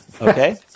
okay